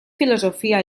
filosofia